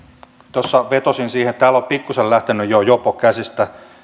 tuossa vetosin siihen että täällä on pikkusen lähtenyt jo jopo käsistä